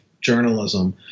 journalism